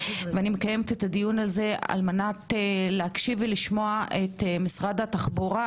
מקיימת את הדיון כדי לשמוע את משרד התחבורה